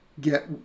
get